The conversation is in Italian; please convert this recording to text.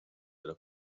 della